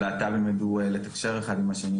של להט״בים להצליח לתקשר אחד עם השני,